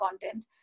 content